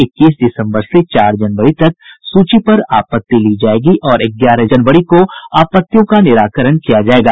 इक्कीस दिसम्बर से चार जनवरी तक सूची पर आपत्ति ली जायेगी और ग्यारह जनवरी को आपत्तियों का निराकरण किया जायेगा